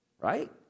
right